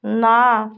ନା